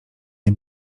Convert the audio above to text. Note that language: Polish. nie